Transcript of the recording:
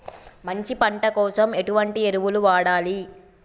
మంచి పంట కోసం ఎటువంటి ఎరువులు వాడాలి?